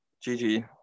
Gigi